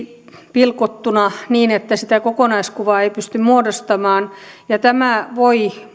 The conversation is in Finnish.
pilkottuna niin että sitä kokonaiskuvaa ei pysty muodostamaan tämä voi